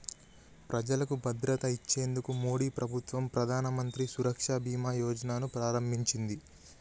ప్రజలకు భద్రత ఇచ్చేందుకు మోడీ ప్రభుత్వం ప్రధానమంత్రి సురక్ష బీమా యోజన ను ప్రారంభించింది